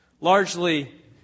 largely